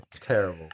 Terrible